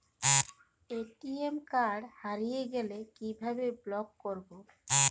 ATM card হারিয়ে গেলে কিভাবে ব্লক করবো?